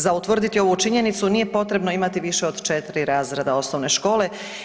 Za utvrditi ovu činjenicu nije potrebno imati više od 4 razreda osnovne škole.